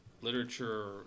literature